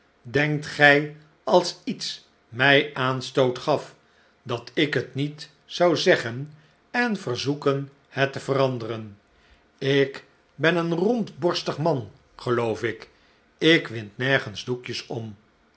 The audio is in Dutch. denkt gij als iets mij aanstoot gaf dat ik het niet zou zeggen en verzoeken het te veranderen ik ben een rondborstig man geloof ik ik wind nergens doekjes om